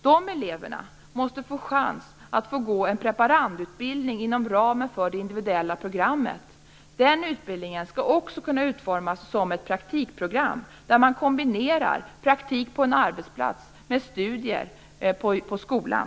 De eleverna måste få chans att gå en preparandutbildning inom ramen för det individuella programmet. Den utbildningen skall också kunna utformas som ett praktikprogram där man kombinerar praktik på en arbetsplats med studier på skolan.